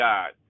God